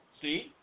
see